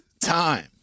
time